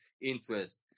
interest